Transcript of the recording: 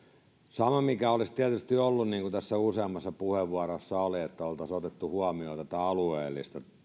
samoin mikä olisi tietysti ollut niin kuin tässä useammassa puheenvuorossa oli että oltaisiin otettu huomioon tätä alueellista